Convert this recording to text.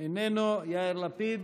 איננו, יאיר לפיד,